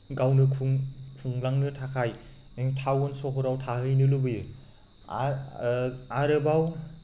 गावनो खुंलांनो थाखाय टाउन सोहोराव थाहैनो लुबैयो आरो आरोबाव